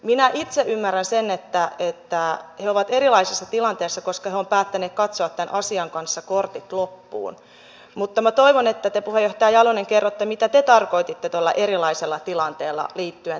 minä itse ymmärrän sen että he ovat erilaisessa tilanteessa koska he ovat päättäneet katsoa tämän asian kanssa kortit loppuun mutta minä toivon että te puheenjohtaja jalonen kerrotte mitä te tarkoititte tuolla erilaisella tilanteella liittyen tanskan tilanteeseen